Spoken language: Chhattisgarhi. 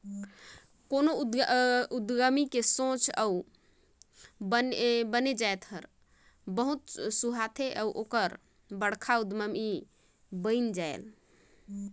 कोनो उद्यमी के सोंच अउ बने जाएत हर अब्बड़ सुहाथे ता ओहर बड़खा उद्यमी बइन जाथे